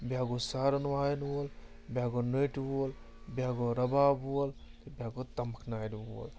بیٛاکھ گوٚو سارَن وایَن وول بیٛاکھ گوٚو نٔٹۍ وول بیٛاکھ گوٚو رَباب وول تہِ بیٛاکھ گوٚو تَمبَکھنارِ وول